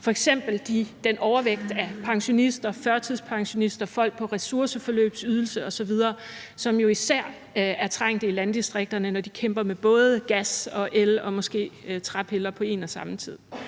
til den overvægt af pensionister, førtidspensionister, folk på ressourceforløbsydelse osv., som jo især er trængt i landdistrikterne, når de kæmper med både gas og el og måske træpiller på en og samme tid?